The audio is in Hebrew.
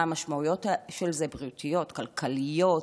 מה המשמעויות של זה, בריאותיות, כלכליות,